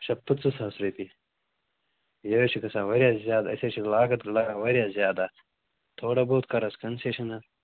اَچھا پٕنٛژٕہ ساس رۄپیہِ یہِ حظ چھِ گژھان واریاہ زیادٕ اَسہِ حظ چھِ لاگَتھ لَگان واریاہ زیادٕ اَتھ تھوڑا بہت کَر حظ کَنٛسیشَن اَتھ